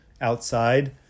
outside